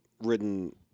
written